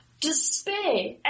despair